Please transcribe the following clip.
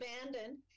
abandoned